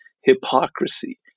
hypocrisy